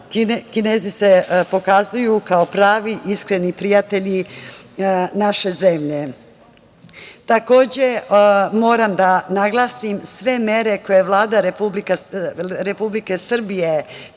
Kinezi se pokazuju kao pravi i iskreni prijatelji naše zemlje. Moram da naglasim da sve mere koje je Vlada Republike Srbije